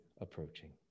approaching